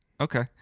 okay